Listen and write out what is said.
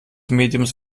mediums